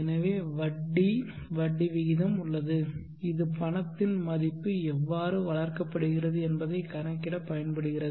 எனவே வட்டி வட்டி விகிதம் உள்ளது இது பணத்தின் மதிப்பு எவ்வாறு வளர்க்கப்படுகிறது என்பதைக் கணக்கிடப் பயன்படுகிறது